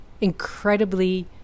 incredibly